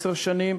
עשר שנים,